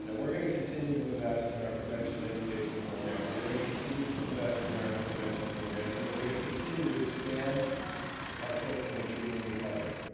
but we're going to continue to invest in our prevention and education programs. we're going to continue to invest in our intervention programs. and we're going to continue to expand our footprint in treatment and recovery.